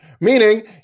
Meaning